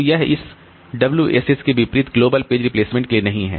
तो यह इस WSS के विपरीत ग्लोबल पेज रिप्लेसमेंट के लिए नहीं है